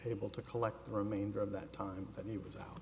able to collect the remainder of that time that he was out